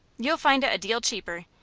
you'll find it a deal cheaper,